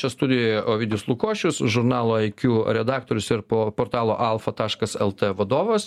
čia studijoje ovidijus lukošius žurnalo iq redaktorius po portalo alfa taškas lt vadovas